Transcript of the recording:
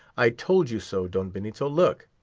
i told you so, don benito, look!